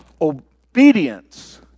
obedience